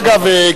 דרך אגב,